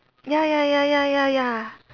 ya ya ya ya ya ya